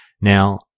Now